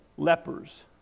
Lepers